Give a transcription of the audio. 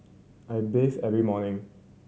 I bathe every morning